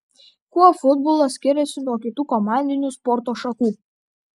kuo futbolas skiriasi nuo kitų komandinių sporto šakų